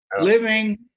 living